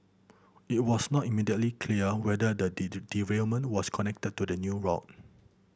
it was not immediately clear whether the derailment was connected to the new route